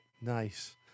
Nice